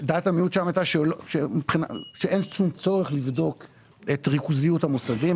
דעת המיעוט שם הייתה שאין צורך לבדוק את ריכוזיות המוסדיים.